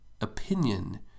opinion